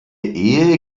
ehe